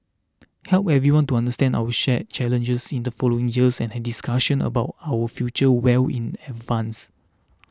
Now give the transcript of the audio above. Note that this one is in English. help everyone to understand our shared challenges in the following years and discussions about our future well in advance